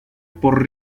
por